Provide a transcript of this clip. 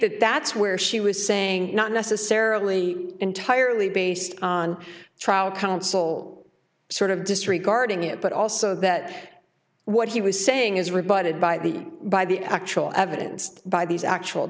that that's where she was saying not necessarily entirely based on trial counsel sort of disregarding it but also that what he was saying is rebutted by the by the actual evidence by these actual